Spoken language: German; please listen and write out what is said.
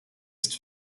ist